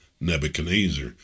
Nebuchadnezzar